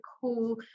cool